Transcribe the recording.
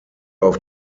auf